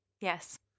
Yes